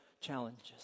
challenges